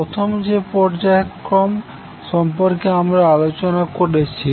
প্রথম যে পর্যায়ক্রম সম্পর্কে আমরা আলোচনা করেছি